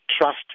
trust